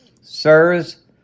Sirs